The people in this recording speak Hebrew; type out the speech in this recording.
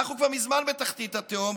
אנחנו כבר מזמן בתחתית התהום,